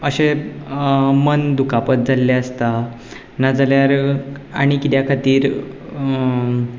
अशें मन दुखापत जाल्लें आसता नाजाल्यार आनी किद्या खातीर